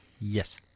Yes